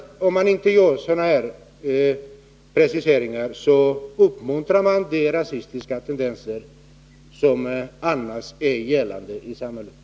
Om man inte gör preciseringar så uppmuntrar man de rasistiska tendenser som finns f. ö. i samhället.